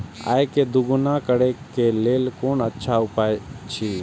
आय के दोगुणा करे के लेल कोन अच्छा उपाय अछि?